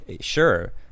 sure